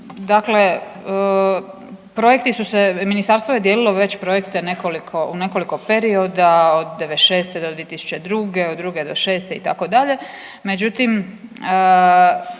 Dakle, projekti su se, ministarstvo je dijelilo već projekte nekoliko, u nekoliko perioda od '96. do 2002., od '02. do '06. itd.,